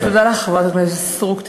תודה לך, חברת הכנסת סטרוק.